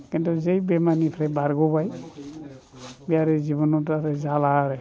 खिन्थु जै बेमारनिफ्राय बारग'बाय बे आरो जिबनावबो जाला आरो